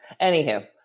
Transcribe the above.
anywho